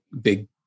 big